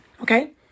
Okay